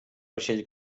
vaixell